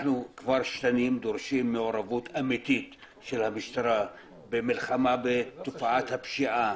אנחנו כבר שנים דורשים מעורבות אמיתית של המשטרה במלחמה בתופעת הפשיעה.